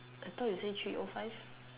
I thought you say three o five